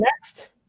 next